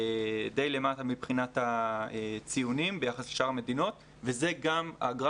די למטה מבחינת הציונים ביחס לשאר המדינות והגרף